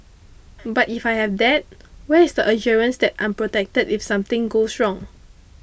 but if I have that where is the assurance that I'm protected if something goes wrong